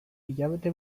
hilabete